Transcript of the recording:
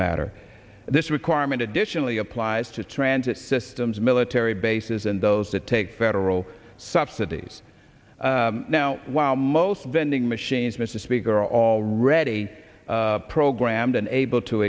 matter this requirement additionally applies to transit systems military bases and those that take federal subsidies now while most vending machines mr speaker already programmed and able to